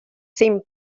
sin